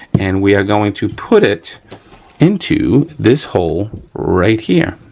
and we are going to put it into this hole right here.